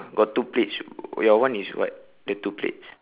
got two plates y~ your one is what the two plates